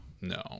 no